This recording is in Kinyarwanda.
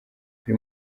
buri